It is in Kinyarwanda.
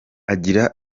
agira